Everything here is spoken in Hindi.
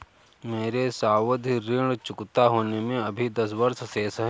मेरे सावधि ऋण चुकता होने में अभी दस वर्ष शेष है